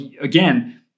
again